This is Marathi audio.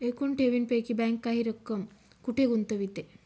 एकूण ठेवींपैकी बँक काही रक्कम कुठे गुंतविते?